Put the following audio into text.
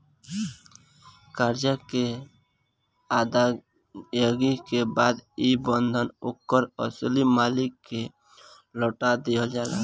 करजा के अदायगी के बाद ई बंधन ओकर असली मालिक के लौटा दिहल जाला